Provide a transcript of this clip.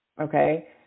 Okay